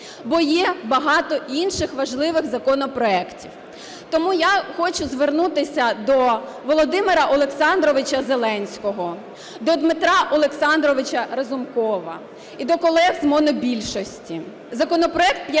бо є багато інших важливих законопроектів. Тому я хочу звернутися до Володимира Олександровича Зеленського, до Дмитра Олександровича Разумкова і до колег з монобільшості.